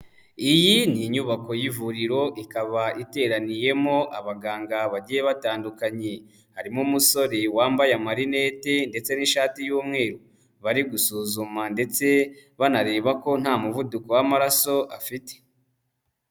Iyi ni inyubako y'ivuriro ikaba iteraniyemo abaganga bagiye batandukanye. Harimo umusore wambaye amarinete ndetse n'ishati y'umweru. Bari gusuzuma ndetse banareba ko nta muvuduko w'amaraso afite.